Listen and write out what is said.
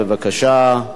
בבקשה.